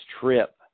trip